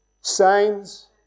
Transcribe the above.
signs